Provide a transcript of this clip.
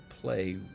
play